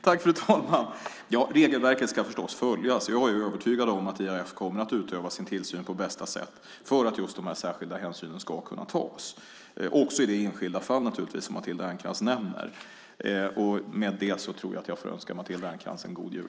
Fru talman! Regelverket ska förstås följas. Jag är övertygad om att IAF kommer att utöva sin tillsyn på bästa sätt för att de här särskilda hänsynen ska kunna tas också i det enskilda fall som Matilda Ernkrans nämner. Med det önskar jag Matilda Ernkrans en god jul.